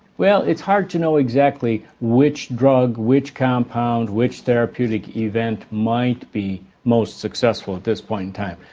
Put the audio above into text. well it's hard to know exactly which drug, which compound, which therapeutic event might be most successful at this point in time.